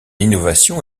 innovation